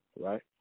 right